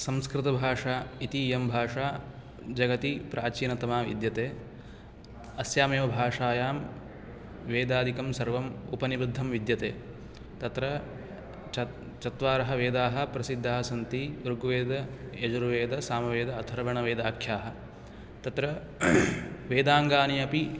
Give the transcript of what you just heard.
संस्कृतभाषा इति इयं भाषा जगति प्राचीनतमा विद्यते अस्यामेव भाषायां वेदादिकं सर्वम् उपनिबद्धं विद्यते तत्र च् चत्वारः वेदाः प्रसिद्धाः सन्ति ऋग्वेदयजुर्वेदसामवेद अथर्वणवेदाख्याः तत्र वेदाङ्गानि अपि